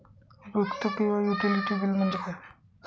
उपयुक्तता किंवा utility bill म्हणजे काय?